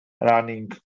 running